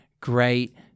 great